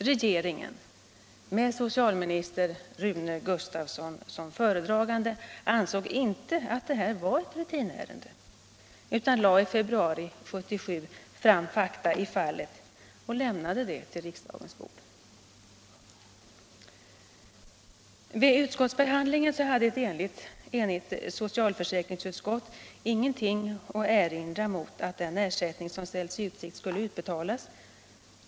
Regeringen - med socialminister Rune Gustavsson som föredragande — ansåg att detta inte var ett rutinärende utan lade i februari 1977 fram fakta i fallet och lämnade det till riksdagen för avgörande. Vid utskottsbehandlingen hade ett enigt socialförsäkringsutskott ingenting att erinra mot att den ersättning som ställts i utsikt skulle utbetalas.